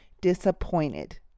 disappointed